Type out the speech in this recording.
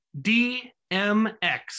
DMX